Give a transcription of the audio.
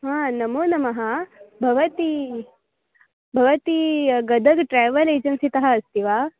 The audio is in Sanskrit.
हा नमोनमः भवती भवती गदग् ट्रावेल् एजन्सीतः अस्ति वा